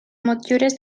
motllures